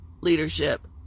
leadership